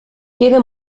queda